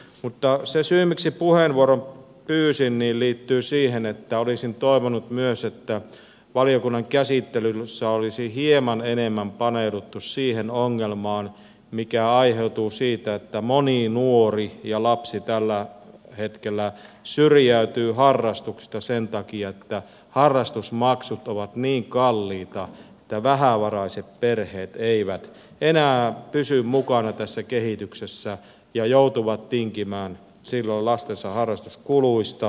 mutta se syy miksi puheenvuoron pyysin liittyy siihen että olisin toivonut myös että valiokunnan käsittelyssä olisi hieman enemmän paneuduttu siihen ongelmaan mikä aiheutuu siitä että moni nuori ja lapsi tällä hetkellä syrjäytyy harrastuksista sen takia että harrastusmaksut ovat niin kalliita että vähävaraiset perheet eivät enää pysy mukana tässä kehityksessä ja joutuvat tinkimään silloin lastensa harrastuskuluista